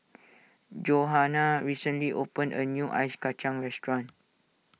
Johanna recently opened a new Ice Kachang restaurant